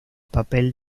papel